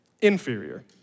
inferior